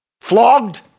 flogged